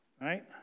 right